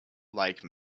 like